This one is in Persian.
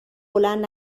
بلند